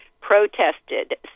protested